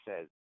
says